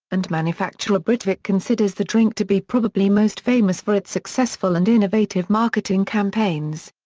and manufacturer britvic considers the drink to be probably most famous for its successful and innovative marketing campaigns.